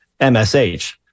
MSH